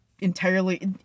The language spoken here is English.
entirely